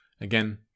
Again